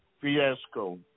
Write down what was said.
Fiasco